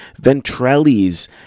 Ventrelli's